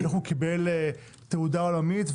הוא קיבל תהודה עולמית,